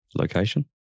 location